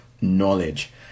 knowledge